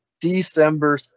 December